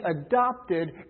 adopted